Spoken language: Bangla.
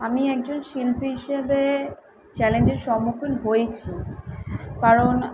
আমি একজন শিল্পী হিসেবে চ্যালেঞ্জের সম্মুখীন হয়েছি কারণ